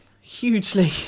hugely